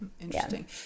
Interesting